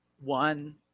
one